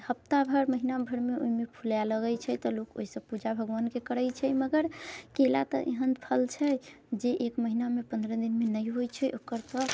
हफ्ता भर महिना भरमे ओहिमे फुलाए लगैत छै तऽ लोक ओहि से पूजा भगवानके करैत छै मगर केला तऽ एहन फल छै जे एक महिनामे पन्द्रह दिनमे नहि होइत छै ओकर फल